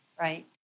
right